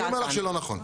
אני אומר לך שלא נכון.